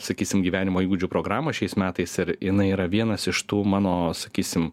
sakysim gyvenimo įgūdžių programą šiais metais ir jinai yra vienas iš tų mano sakysim